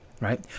right